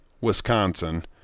Wisconsin